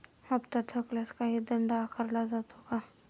हप्ता थकल्यास काही दंड आकारला जातो का?